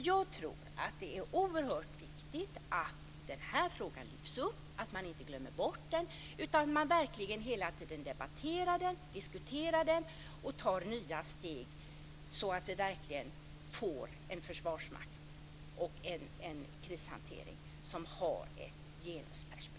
Jag tror att det är oerhört viktigt att den här frågan lyfts upp, att man inte glömmer bort den utan att man hela tiden debatterar den, diskuterar den och tar nya steg så att vi verkligen får en försvarsmakt och en krishantering som genomgående har ett genusperspektiv.